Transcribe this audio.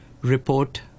report